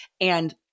And-